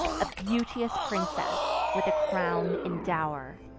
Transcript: a beauteous princess, with a crown in dow'r,